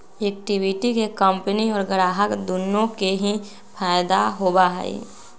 equity के company और ग्राहक दुन्नो के ही फायद दा होबा हई